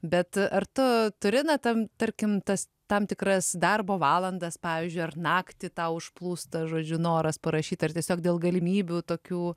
bet ar tu turi na tam tarkim tas tam tikras darbo valandas pavyzdžiui ar naktį tau užplūsta žodžiu noras parašyt ar tiesiog dėl galimybių tokių